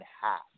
half